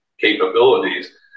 capabilities